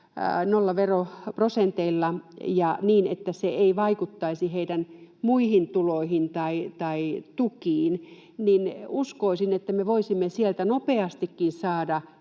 nollaveroprosenteilla ja niin, että se ei vaikuttaisi heidän muihin tuloihinsa tai tukiinsa, niin uskoisin, että me voisimme sieltä nopeastikin saada